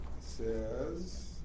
says